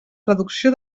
traducció